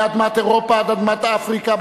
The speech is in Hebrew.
מאדמת אירופה עד אדמת אפריקה,